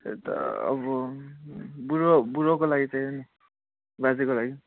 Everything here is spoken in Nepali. त्यही त अब बुढो बुढोको लागि चाहियो नि बाजेको लागि